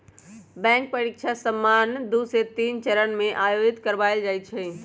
bank परीकछा सामान्य दू से तीन चरण में आयोजित करबायल जाइ छइ